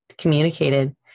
communicated